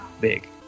big